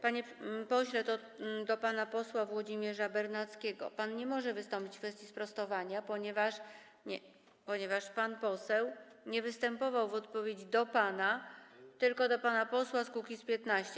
Panie pośle - to do pana posła Włodzimierza Bernackiego - pan nie może wystąpić w kwestii sprostowania, ponieważ pan poseł nie występował w odpowiedzi do pana, tylko do pana posła z Kukiz’15.